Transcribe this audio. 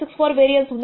64 variance ఉంది